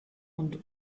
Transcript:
und